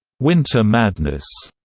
winter madness,